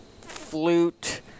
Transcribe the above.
flute